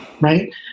Right